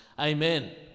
Amen